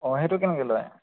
অ সেইটো কেনেকৈ লয়